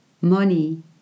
Money